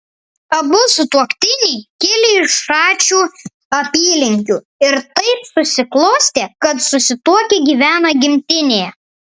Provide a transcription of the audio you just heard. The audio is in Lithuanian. abu sutuoktiniai kilę iš šačių apylinkių ir taip susiklostė kad susituokę gyvena gimtinėje